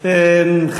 מהמדיניות.